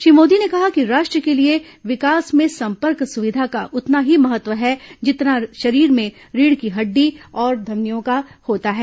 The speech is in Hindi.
श्री मोदी ने कहा कि राष्ट्र के लिए विकास में संपर्क सुविधा का उतना ही महत्व है जितना शरीर में रीढ की हड्डी और धमनियों का होता है